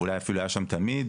אולי אפילו היה שם תמיד,